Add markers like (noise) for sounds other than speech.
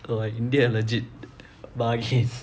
oh uh india legit bargain (laughs)